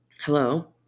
Hello